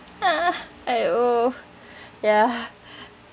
ah !aiyo! ya